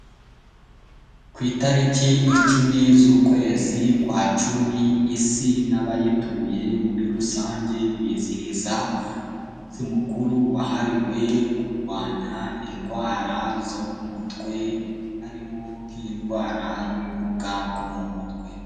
Ku itariki icumi z'ukwezi kwa cumi Isi n'abayituye muri rusange, bizihiza umunsi mukuru wahariwe kurwanya indwara zo mu mutwe, harimo nk'indwara y'ubumuga bwo mu mutwe.